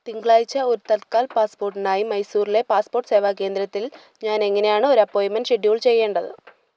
തിങ്കളാഴ്ച ഒരു തത്കാൽ പാസ്പോർട്ടിനായി മൈസൂറിലെ പാസ്പോർട്ട് സേവാ കേന്ദ്രത്തിൽ ഞാൻ എങ്ങനെയാണ് ഒരു അപ്പോയിൻ്റ്മെൻ്റ് ഷെഡ്യൂൾ ചെയ്യേണ്ടത്